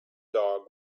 dog